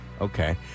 Okay